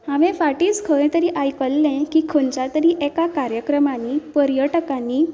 हांवें फाटींच खंय तरी आयकल्लें की खंयच्या तरी एका कार्यक्रमांनी पर्यटकांनी